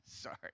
sorry